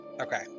Okay